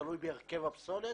תלוי בהרכב הפסולת.